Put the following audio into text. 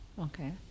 Okay